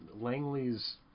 Langley's